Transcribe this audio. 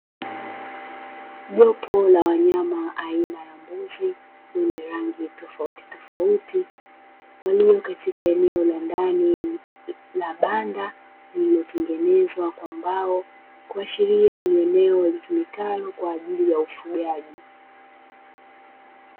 Jopo la wanyama aina ya mbuzii wenye rangi tofauti tofauti, walio katika eneo la ndani la banda lililotengenezwa kwa mbao kuashiria ni eneo litumikalo kwaajili ya ufungaji.